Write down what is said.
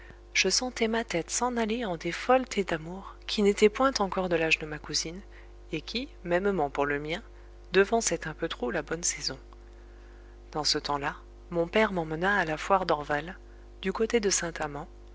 je sentais ma tête s'en aller en des folletés d'amour qui n'étaient point encore de l'âge de ma cousine et qui mêmement pour le mien devançaient un peu trop la bonne saison dans ce temps-là mon père m'emmena à la foire d'orval du côté de saint amand